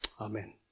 Amen